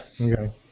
Okay